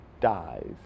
dies